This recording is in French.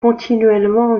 continuellement